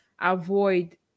avoid